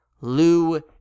lou